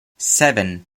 seven